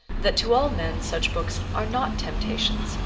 that to all men such books are not temptations,